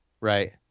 Right